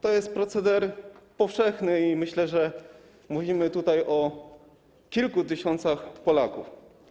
To jest proceder powszechny; myślę, że mówimy tutaj o kilku tysiącach Polaków.